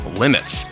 limits